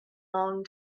long